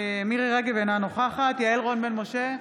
רגב, אינה נוכחת יעל רון בן משה,